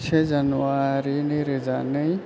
से जानुवारि नैरोजा नै